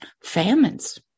famines